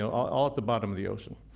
all at the bottom of the ocean.